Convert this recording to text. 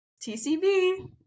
tcb